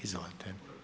Izvolite.